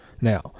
now